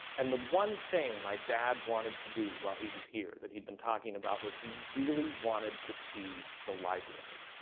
and the one thing my dad wanted to do while he was here that he'd been talking about was he really wanted to see the library.